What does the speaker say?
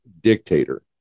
dictator